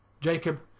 Jacob